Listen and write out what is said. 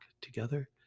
Together